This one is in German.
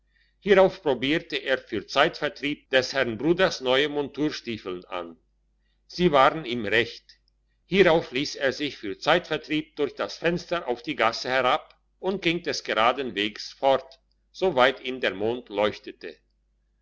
hierauf probierte er für zeitvertreib des herrn bruders neue monturstiefeln an sie waren ihm recht hierauf liess er sich für zeitvertreib durch das fenster auf die gasse herab und ging des geraden wegs fort so weit ihm der mond leuchtete